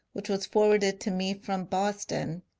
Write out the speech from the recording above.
which was forwarded to me from boston,